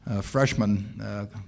freshman